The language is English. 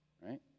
Right